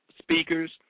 speakers